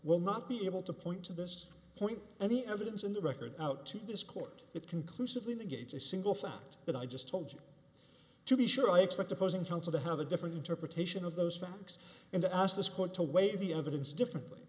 will not be able to point to this point any evidence in the record out to this court it conclusively negates a single fact that i just told you to be sure i expect opposing counsel to have a different interpretation of those facts and i ask this court to weigh the evidence differently